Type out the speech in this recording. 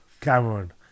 Cameron